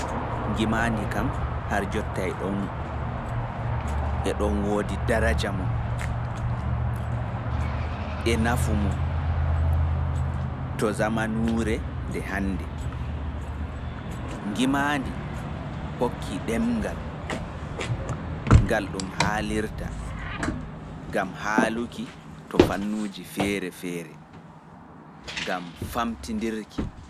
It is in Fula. Ngimaandi kam har hande e ɗon wodi nafu e daraja mun to zamanuure nde hande. Ngimaandi hokki ɗemngal ngal ɗun naftirta gam haaluki to fannuuji feere-feere.